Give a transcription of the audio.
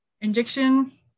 injection